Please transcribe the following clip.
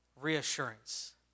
reassurance